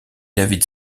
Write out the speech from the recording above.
david